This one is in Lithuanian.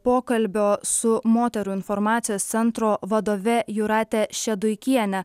pokalbio su moterų informacijos centro vadove jūrate šeduikiene